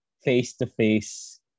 face-to-face